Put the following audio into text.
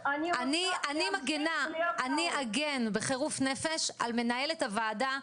אני אגן בחירוף נפש על מנהלת הוועדה,